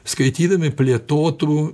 skaitydami plėtotų